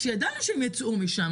כאשר ידענו שמתישהו ייצאו משם,